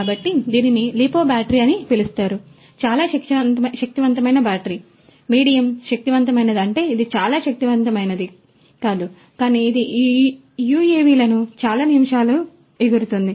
కాబట్టి దీనిని lipo battery అని పిలుస్తారు ఇది చాలా శక్తివంతమైన బ్యాటరీ మీడియం శక్తివంతమైనది అంటే ఇది చాలా శక్తివంతమైనది కాదు కానీ ఇది ఈ యుఎవిలను చాలా నిమిషాలు ఎగురుతుంది